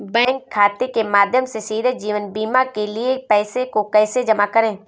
Bank खाते के माध्यम से सीधे जीवन बीमा के लिए पैसे को कैसे जमा करें?